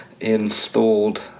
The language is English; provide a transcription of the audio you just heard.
installed